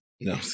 No